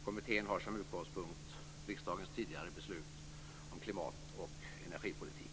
Kommittén har som utgångspunkt riksdagens tidigare beslut om klimat och energipolitik.